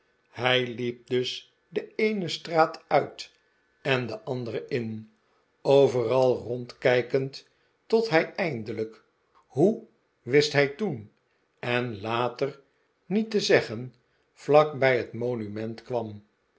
hij liep dus de eene straat uit en de andere in overal rondkijkend tot hij eindelijk hoe wist hij toen en later niet te zeggen vlak hij net monument kwam